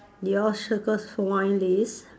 yours circle wine list